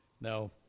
now